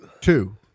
Two